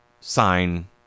sign